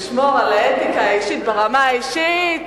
לשמור על האתיקה האישית ברמה האישית,